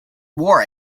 wore